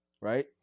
right